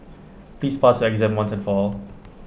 please pass your exam once and for all